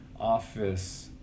office